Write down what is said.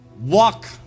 walk